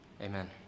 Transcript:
amen